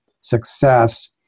success